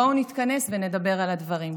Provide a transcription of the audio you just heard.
בואו נתכנס ונדבר על הדברים.